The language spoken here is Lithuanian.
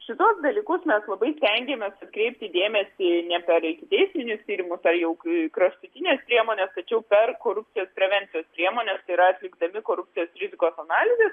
šituos dalykus mes labai stengiamės atkreipti dėmesį ne per ikiteisminius tyrimus tai jau kraštutinės priemonės tačiau per korupcijos prevencijos priemones tai yra atlikdami korupcijos rizikos analizes